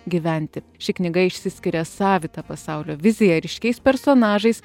gyventi ši knyga išsiskiria savita pasaulio vizija ryškiais personažais